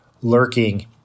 lurking